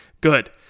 Good